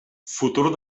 futur